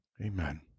Amen